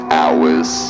hours